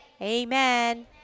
amen